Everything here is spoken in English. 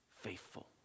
faithful